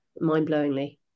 mind-blowingly